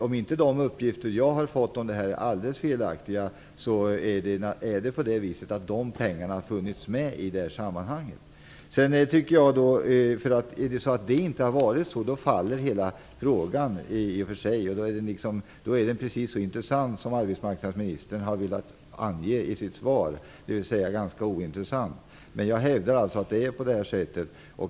Om inte de uppgifter som jag har fått om detta är alldeles felaktiga har dessa pengar funnits med i det här sammanhanget. Om det inte har varit så faller hela frågan. Då är den precis så intressant som arbetsmarknadsministern har velat ange i sitt svar, dvs. ganska ointressant. Men jag hävdar alltså att det är på det här sättet.